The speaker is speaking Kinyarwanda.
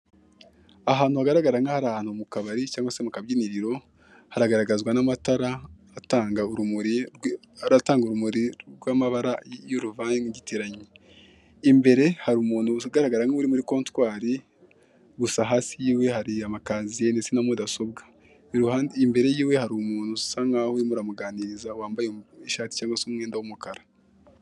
Ahantu hagaragara nkaho ari ahantu mu kabari cyangwa se mu kabyiniriro, haragaragazwa n'amatara atanga urumuri rw'amabara y'uruvangitiranye. Imbere hari umuntu ugaragara nkuri muri kotwari gusa hasi yiwe hari amakaziye ndetse na mudasobwa, iruha imbere yiwe hari umuntu usa nkaho urimo uramuganiriza wambaye ishati cyangwa se umwenda w'umukara.